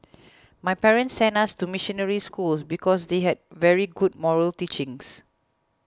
my parents sent us to missionary schools because they had very good moral teachings